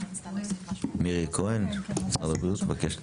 מירי כהן, מנהלת קשרי ממשל.